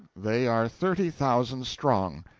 they are thirty thousand strong.